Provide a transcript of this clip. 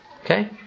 Okay